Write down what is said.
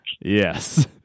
Yes